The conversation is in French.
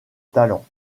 talent